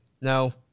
No